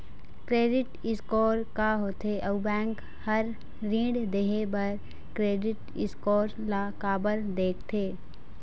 Credit score का होथे अउ बैंक हर ऋण देहे बार क्रेडिट स्कोर ला काबर देखते?